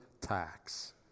tax